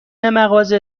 مغازه